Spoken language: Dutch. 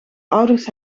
ouders